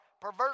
Perverse